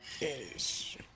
Yes